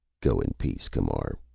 go in peace, camar.